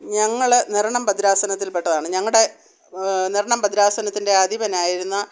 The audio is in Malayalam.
ഞങ്ങൾ നിർണം ഭദ്രാസനത്തിൽ പെട്ടതാണ് ഞങ്ങളുടെ നിർണം ഭദ്രാസനത്തിൻ്റെ അധിപനായിരുന്ന